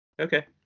Okay